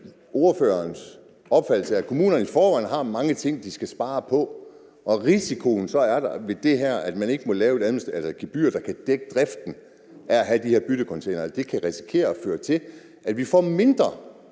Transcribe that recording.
ordførerens opfattelse, at kommunerne i forvejen har mange ting, de skal spare på, og at risikoen ved, at man ikke må lave et administrativt gebyr, der kan dække driften af de her byttecontainere, er, at det fører til, at vi får mindre